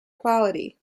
quality